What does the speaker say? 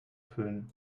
füllen